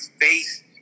face